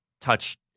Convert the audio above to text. touch